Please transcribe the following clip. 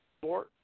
four